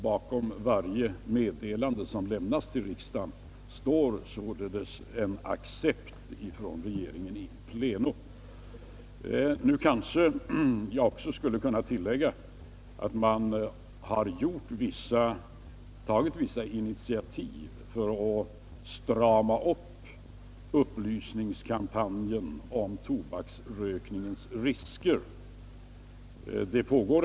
Bakom varje meddelande som lämnas till riksdagen finns således en accept från regeringen. Nu kanske jag också borde tillägga att det har tagits vissa initiativ för att strama upp den kampanj för upplysning om tobaksrökningens risker som pågår.